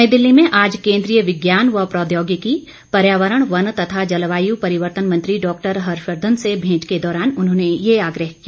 नई दिल्ली में आज केन्द्रीय विज्ञान व प्रौद्योगिकी पर्यावरण वन तथा जलवायु परिवर्तन मंत्री डॉक्टर हर्षवर्धन से मेंट के दौरान उन्होंने ये आग्रह किया